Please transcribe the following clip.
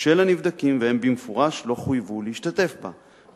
של הנבדקים, והם במפורש לא חויבו להשתתף בה.